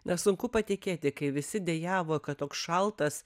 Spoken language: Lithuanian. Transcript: na sunku patikėti kai visi dejavo kad toks šaltas